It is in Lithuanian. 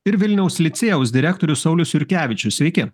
ir vilniaus licėjaus direktorius saulius jurkevičius sveiki